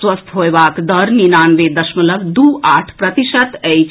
स्वस्थ होयबाक दर निनानबे दशमलव दू आठ प्रतिशत अछि